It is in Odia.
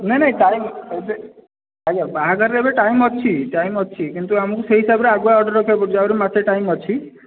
ନାଇଁ ନାଇଁ କାଳେ ବାହାଘର ର ଏବେ ଟାଇମ ଅଛି ଟାଇମ ଅଛି କିନ୍ତୁ ଆମକୁ ସେହି ହିସାବ ରେ ଆଗୁଆ ଅର୍ଡର ରଖିବାକୁ ପଡ଼ୁଛି ଆହୁରି ମାସେ ଟାଇମ ଅଛି